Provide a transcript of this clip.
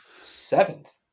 seventh